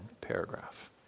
Paragraph